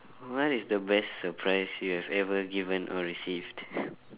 what is the best surprise you have ever given or received